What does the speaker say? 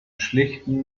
schlichten